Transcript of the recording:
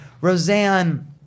Roseanne